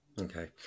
Okay